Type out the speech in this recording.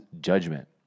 judgment